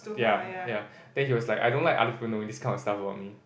ya ya then he was like I don't like other people knowing this kind of stuff about me